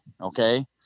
okay